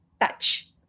touch